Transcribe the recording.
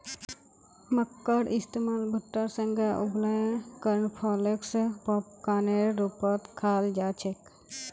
मक्कार इस्तमाल भुट्टा सेंके उबलई कॉर्नफलेक्स पॉपकार्नेर रूपत खाल जा छेक